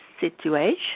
situation